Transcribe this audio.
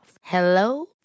Hello